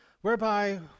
whereby